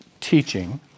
teaching